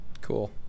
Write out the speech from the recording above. Cool